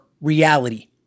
reality